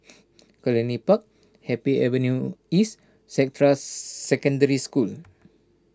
Cluny Park Happy Avenue East Secondary School